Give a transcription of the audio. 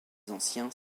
anciens